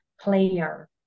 player